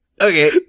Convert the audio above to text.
Okay